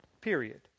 period